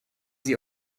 sie